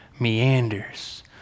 meanders